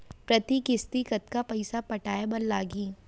प्रति किस्ती कतका पइसा पटाये बर लागही?